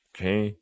Okay